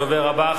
הדובר הבא,